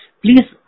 please